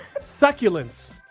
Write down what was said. Succulents